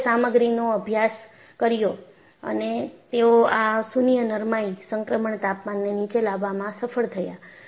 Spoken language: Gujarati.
લોકોએ સામગ્રીનો અભ્યાસ કર્યો છે અને તેઓ આ શૂન્ય નરમાઇ સંક્રમણ તાપમાનને નીચે લાવવામાં સફળ થયા છે